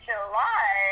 July